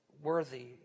Worthy